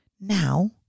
Now